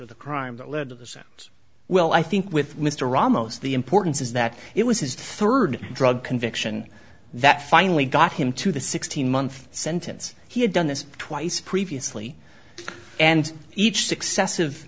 of the crime that led to the sentence well i think with mr ramos the importance is that it was his third drug conviction that finally got him to the sixteen month sentence he had done this twice previously and each successive